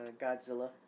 Godzilla